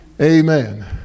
Amen